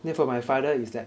then for my father is like